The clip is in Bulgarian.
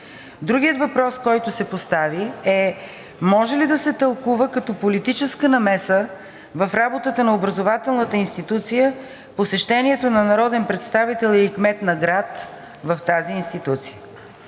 Другият въпрос, който се постави, е може ли да се тълкува като политическа намеса в работата на образователната институция посещението на народен представител или кмет на град в тази институция.